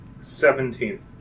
Seventeen